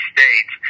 States